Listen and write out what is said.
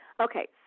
Okay